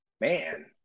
Man